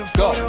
go